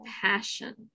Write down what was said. passion